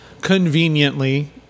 conveniently